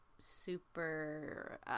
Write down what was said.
Super